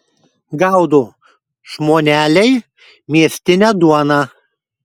gaudo žmoneliai miestinę duoną